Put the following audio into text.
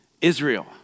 Israel